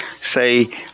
say